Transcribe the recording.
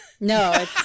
No